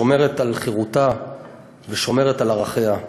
שומרת על חירותה ושומרת על ערכיה.